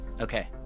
Okay